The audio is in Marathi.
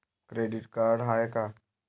क्रेडिट कार्ड का हाय?